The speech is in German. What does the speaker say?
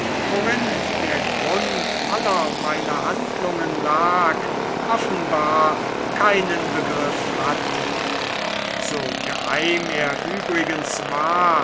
worin der grund aller meiner handlungen lag offenbar keinen begriff hatte so geheim er übrigens war